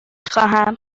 خواهم